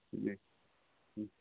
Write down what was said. दे